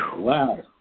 Wow